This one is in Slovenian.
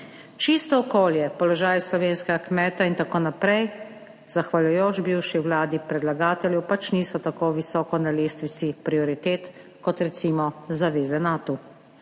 Čisto okolje, položaj slovenskega kmeta in tako naprej, zahvaljujoč bivši Vladi predlagateljev pač niso tako visoko na lestvici prioritet, kot recimo zaveze Nato.